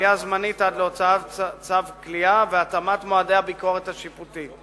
כליאה זמנית עד להוצאת צו כליאה והתאמת מועדי הביקורת השיפוטית,